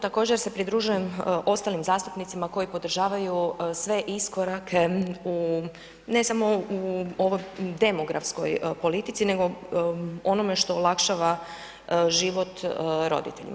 Također se pridružujem ostalim zastupnicima koji podržavaju sve iskorake u ne samo u ovoj demografskoj politici, nego onome što olakšava život roditeljima.